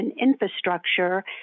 infrastructure